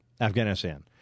Afghanistan